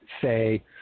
say